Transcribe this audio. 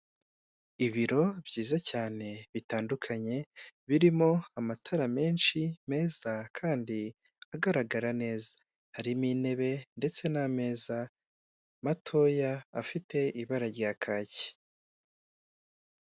Ibiro byiza cyane bitandukanye, birimo amatara menshi meza kandi agaragara neza. Harimo inebe ndetse n'ameza matoya afite ibara rya kaki.